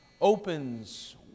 opens